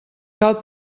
cal